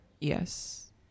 yes